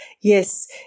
yes